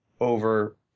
over